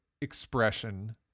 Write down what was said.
expression